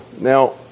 Now